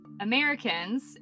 Americans